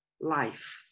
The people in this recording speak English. life